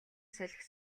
салхи